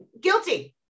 guilty